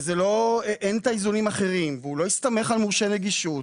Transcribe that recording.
אין איזונים אחרים, הוא לא הסתמך על מורשה נגישות,